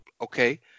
Okay